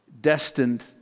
destined